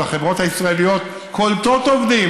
אז החברות הישראליות קולטות עובדים,